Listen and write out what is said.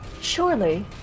Surely